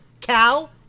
Cow